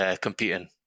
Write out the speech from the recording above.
competing